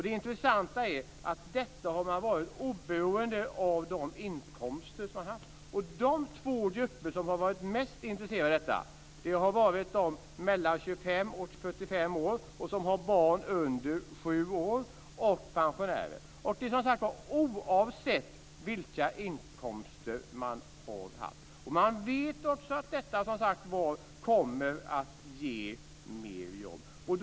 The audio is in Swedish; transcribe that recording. Det intressanta är att man har varit beredd att göra detta oberoende av vilken inkomst man har haft. De två grupper som har varit mest intresserade av detta har varit personer mellan 25 och 45 år som har barn under 7 år och pensionärer. Det gäller som sagt oavsett vilka inkomster man har haft. Vi vet också att detta kommer att ge fler jobb.